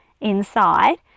inside